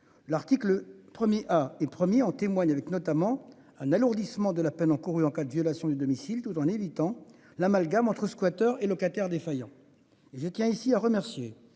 L'article 1er et promis en témoigne avec notamment un alourdissement de la peine encourue en cas de violation du domicile tout en évitant l'amalgame entre squatteurs et locataire défaillant. Et je tiens, ici, à remercier